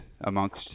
amongst